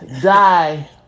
die